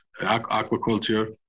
aquaculture